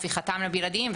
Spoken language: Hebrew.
הפיכתם לבלעדיים.